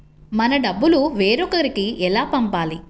మన డబ్బులు వేరొకరికి ఎలా పంపాలి?